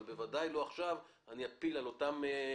אבל בוודאי לא עכשיו אני אפיל על אותם אנשים